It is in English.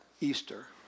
Easter